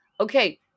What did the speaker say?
okay